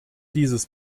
dieses